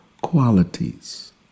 qualities